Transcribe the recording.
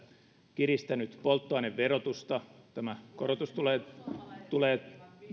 kiristänyt polttoaineverotusta tämä korotus tulee